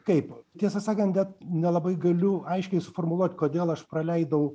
kaip tiesą sakant net nelabai galiu aiškiai suformuluot kodėl aš praleidau